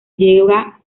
llega